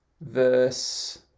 verse